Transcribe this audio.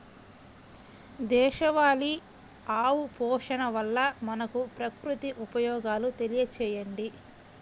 దేశవాళీ ఆవు పోషణ వల్ల మనకు, ప్రకృతికి ఉపయోగాలు తెలియచేయండి?